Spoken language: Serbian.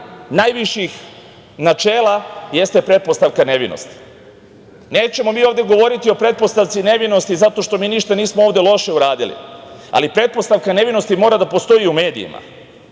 najviših načela jeste pretpostavka nevinosti. Nećemo mi ovde govoriti o pretpostavci nevinosti, zato što mi nismo ništa loše ovde uradili, ali pretpostavka nevinosti mora da postoji i u medijima.